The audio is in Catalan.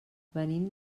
venim